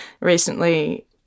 recently